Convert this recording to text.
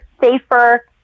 safer